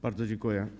Bardzo dziękuję.